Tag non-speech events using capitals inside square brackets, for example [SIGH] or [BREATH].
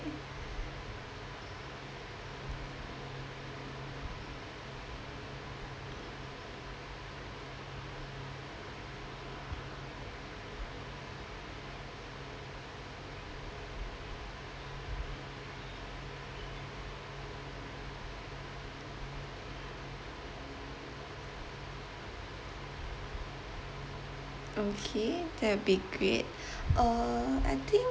okay that'll be great [BREATH] uh I think